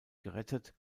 gerettet